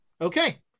Okay